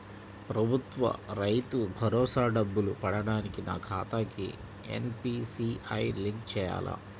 ప్రభుత్వ రైతు భరోసా డబ్బులు పడటానికి నా ఖాతాకి ఎన్.పీ.సి.ఐ లింక్ చేయాలా?